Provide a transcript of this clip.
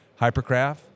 HyperCraft